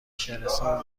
شهرستان